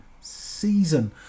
season